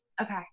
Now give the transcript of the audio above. okay